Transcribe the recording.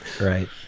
Right